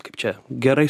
kaip čia gerai